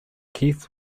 keith